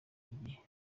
igihe